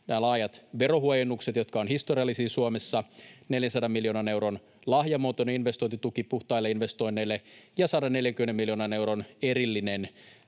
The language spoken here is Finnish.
nämä laajat verohuojennukset, jotka ovat historiallisia Suomessa, 400 miljoonan euron lahjamuotoinen investointituki puhtaille investoinneille ja 140 miljoonan euron erillinen